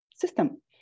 system